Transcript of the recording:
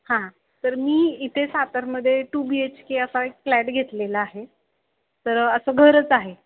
हां तर मी इथे सातारमध्ये टू बी एच के असा एक फ्लॅट घेतलेला आहे तर असं घरच आहे